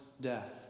death